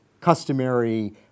customary